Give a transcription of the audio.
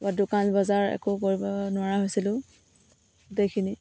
বা দোকান বজাৰ একো কৰিব নোৱাৰা হৈছিলোঁ গোটেইখিনি